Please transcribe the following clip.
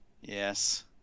Yes